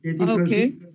okay